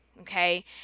Okay